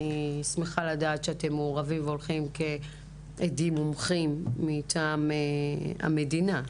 אני שמחה לדעת שאתם מעורבים והולכים כעדים מומחים מטעם המדינה,